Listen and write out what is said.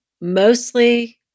mostly